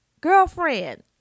Girlfriend